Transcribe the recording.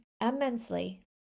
immensely